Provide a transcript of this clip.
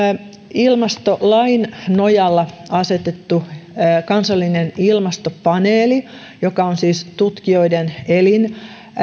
ilmastolain nojalla asetettu kansallinen ilmastopaneeli joka on siis tutkijoiden elin